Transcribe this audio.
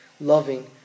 loving